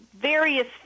various